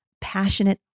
passionate